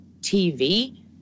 TV